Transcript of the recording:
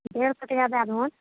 डेढ़ सए टका दए दहुन